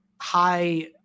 high